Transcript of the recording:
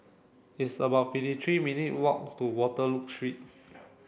it's about fifty three minute walk to Waterloo Street